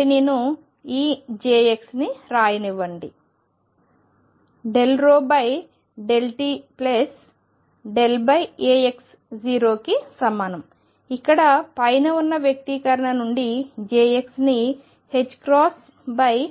కాబట్టి నేను ఈ jx ని రాయనివ్వండి అనే t∂x 0కి సమానం ఇక్కడ పైన ఉన్న వ్యక్తీకరణ నుండి jx ని 2mi∂ψ∂x